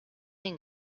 den